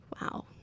Wow